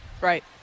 Right